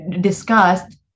discussed